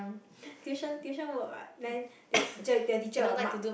tuition tuition work what then that teacher that teacher will mark